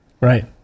Right